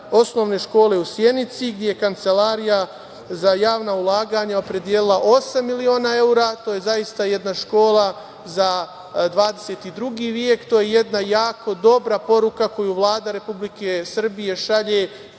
Osnovne škole u Sjenici, gde je Kancelarija za javna ulaganja opredelila osam miliona evra, to je zaista jedna škola za 22. vek, to je jedna jako dobra poruka koju Vlada Republike Srbije šalje